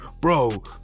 bro